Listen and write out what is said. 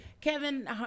Kevin